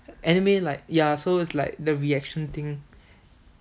anyway like ya so it's like the reaction thing